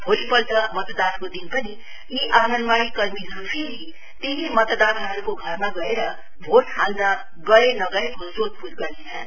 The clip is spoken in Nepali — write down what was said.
भोलिपल्ट मतदानको दिन पनि यी आँगनवाड़ी कर्मीहरु फेरि त्यही मतदाताहरुको घरमा गएर भोट हाल्न गए नगएको सोधपुछ गर्नेछन्